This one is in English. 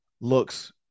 looks